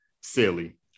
silly